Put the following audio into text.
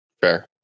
fair